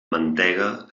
mantega